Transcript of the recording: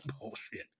bullshit